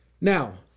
Now